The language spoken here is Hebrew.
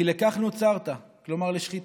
כי לכך נוצרת, כלומר לשחיטה.